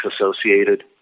associated